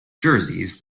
jerseys